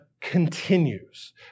continues